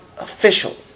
official